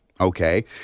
Okay